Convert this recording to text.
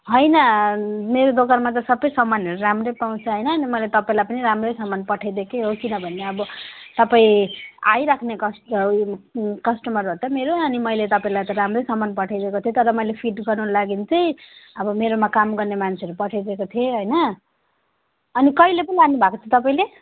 होइन मेरो दोकानमा त सबै सामानहरू राम्रै पाउँछ होइन अनि मैले तपाईँलाई पनि राम्रै सामान पठाइदिएकै हो किनभने अब तपाईँ आइराख्ने कस्टमर हो त मेरो अनि मैले तपाईँलाई त राम्रै सामान पठाइदिएको थिएँ तर मैले फिट गर्नु लागि चाहिँ अब मेरोमा काम गर्ने मान्छेहरू पठाइदिएको थिए होइन अनि कहिले पो लानुभएको थियो तपाईँले